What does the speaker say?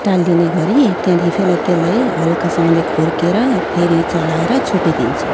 टाल्लिने गरी त्यहाँदेखि फैलाई त्यसलाई हल्कासँगले खुर्केर फेरि चलाएर छोपिदिन्छु